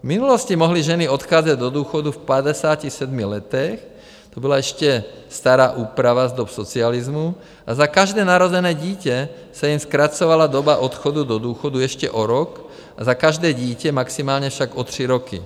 V minulosti mohly ženy odcházet do důchodu v 57 letech, to byla ještě stará úprava z dob socialismu, a za každé narozené dítě se jim zkracovala doba odchodu do důchodu ještě o rok, a za každé dítě, maximálně však o tři roky.